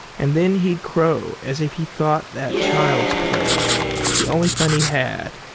and then he'd crow as if he thought that child's play the only fun he had.